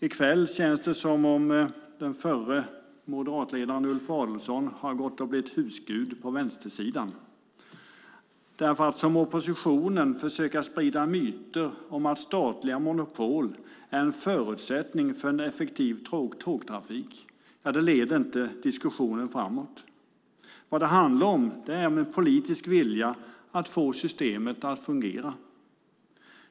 I kväll känns det som om förre moderatledaren Ulf Adelsohn har gått och blivit husgud på vänstersidan, för att som oppositionen försöka sprida myter om att statliga monopol är en förutsättning för en effektiv tågtrafik leder inte diskussionen framåt. Vad det handlar om är en politisk vilja att få systemet att fungera.